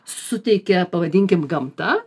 suteikia pavadinkim gamta